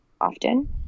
often